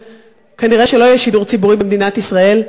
כנראה לא יהיה שידור ציבורי במדינת ישראל,